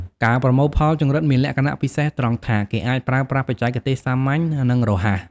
ការប្រមូលផលចង្រិតមានលក្ខណៈពិសេសត្រង់ថា គេអាចប្រើប្រាស់បច្ចេកទេសសាមញ្ញ និងរហ័ស។